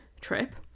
trip